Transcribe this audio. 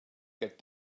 get